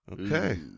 Okay